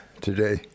today